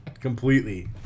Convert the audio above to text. Completely